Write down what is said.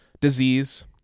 disease